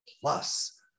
plus